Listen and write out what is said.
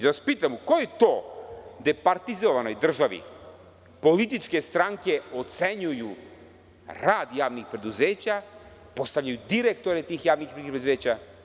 Da vas pitam, u kojoj to departizovanoj državi političke stranke ocenjuju rad javnih preduzeća, postavljaju direktore tih javnih preduzeća?